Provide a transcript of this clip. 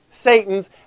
satans